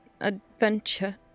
Adventure